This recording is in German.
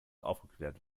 aufgeklärt